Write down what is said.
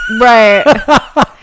Right